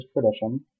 tradition